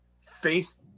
face